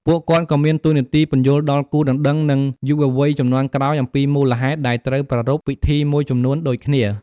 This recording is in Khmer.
ពួកគាត់ក៏មានតួនាទីពន្យល់ដល់គូដណ្ដឹង និង យុវវ័យជំនាន់ក្រោយអំពីមូលហេតុដែលត្រូវប្រារព្ធពិធីមួយចំនួនដូចគ្នា។